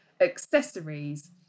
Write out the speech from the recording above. accessories